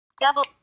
Double